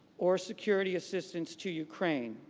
or security assistance to ukraine.